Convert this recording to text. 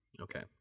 Okay